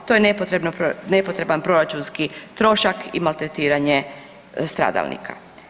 To je nepotreban proračunski trošak i maltretiranje stradalnika.